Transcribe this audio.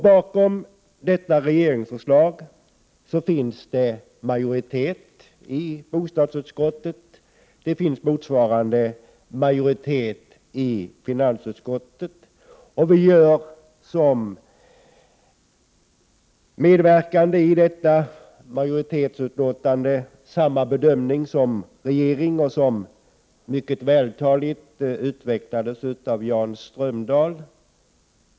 Bakom detta regeringsförslag finns det majoritet i bostadsutskottet och det finns motsvarande majoritet i finansutskottet. Vi som medverkat till majoritetsbetänkandet gör samma bedömning som regeringen gjort, vilket mycket vältaligt utvecklades av Jan Strömdahl.